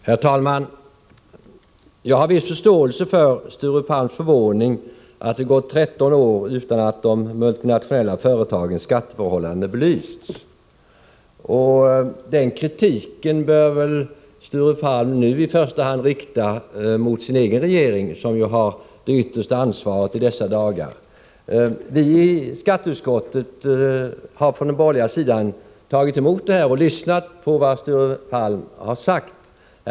Herr talman! Jag har viss förståelse för Sture Palms förvåning över att det har gått 13 år utan att de multinationella företagens skatteförhållanden belysts. Den kritiken bör väl emellertid Sture Palm i första hand rikta mot sin egen regering, som har det yttersta ansvaret i dessa dagar. Viiskatteutskottet har från den borgerliga sidan tagit emot förslagen och lyssnat på vad Sture Palm har sagt.